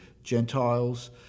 Gentiles